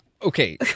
Okay